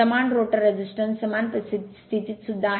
समान रोटर प्रतिबाधा समान स्थितीत सुद्धा आहे